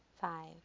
five